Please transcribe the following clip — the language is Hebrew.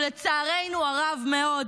ולצערנו הרב מאוד,